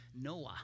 Noah